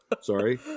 Sorry